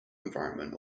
environment